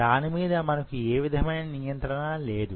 దాని మీద మనకు యే విధమైన నియంత్రణ లేదు